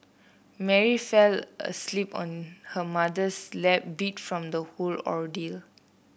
Mary fell asleep on her mother's lap beat from the whole ordeal